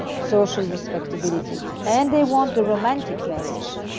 social respectability, and they want a romantic marriage